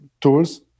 tools